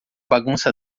bagunça